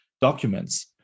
documents